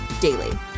daily